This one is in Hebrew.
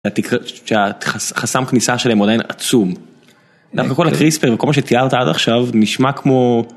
כשהחסם כניסה שלהם הוא עדיין עצום. דווקא כל הכל הקריספר וכל מה שתיארת עד עכשיו נשמע כמו...